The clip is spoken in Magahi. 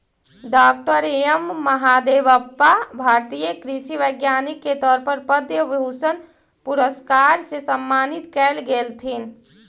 डॉ एम महादेवप्पा भारतीय कृषि वैज्ञानिक के तौर पर पद्म भूषण पुरस्कार से सम्मानित कएल गेलथीन